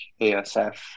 ASF